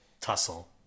tussle